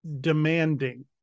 demanding